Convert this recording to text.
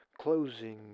closing